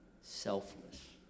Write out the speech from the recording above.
selfless